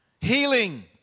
Healing